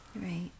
Right